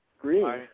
Green